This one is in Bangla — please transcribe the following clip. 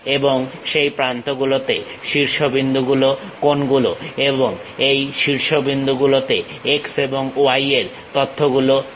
এবং সেই প্রান্ত গুলোতে শীর্ষবিন্দু গুলো কোনগুলো এবং এই শীর্ষবিন্দুগুলোতে x এবং y এর তথ্য গুলো কি